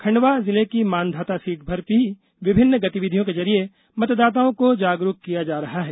खंडवा जिले की मांधाता सीट पर भी विभिन्न गतिविधियों के जरिए मतदाताओं को जागरूक किया जा रहा है